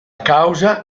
causa